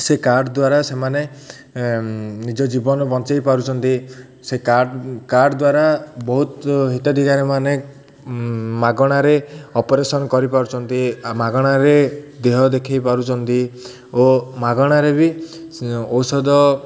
ସେ କାର୍ଡ଼ ଦ୍ୱାରା ସେମାନେ ନିଜ ଜୀବନ ବାଞ୍ଛାଇ ପାରୁଛନ୍ତି ସେ କାର୍ଡ଼ କାର୍ଡ଼ ଦ୍ୱାରା ବହୁତ ହିତାଧିକାରେ ମାନେ ମାଗଣାରେ ଅପରେସନ କରିପାରୁଛନ୍ତି ମାଗଣାରେ ଦେହ ଦେଖାଇ ପାରୁଛନ୍ତି ଓ ମାଗଣାରେ ବି ଔଷଧ